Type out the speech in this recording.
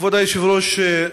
כבוד היושב-ראש,